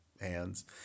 hands